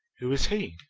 who is he?